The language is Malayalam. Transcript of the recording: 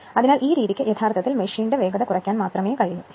അതിനാൽ ഈ രീതിക്ക് യഥാർത്ഥത്തിൽ മെഷീന്റെ വേഗത കുറയ്ക്കാൻ മാത്രമേ കഴിയൂ